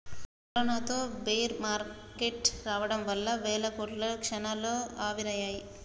కరోనాతో bear market రావడం వల్ల వేల కోట్లు క్షణాల్లో ఆవిరయ్యాయి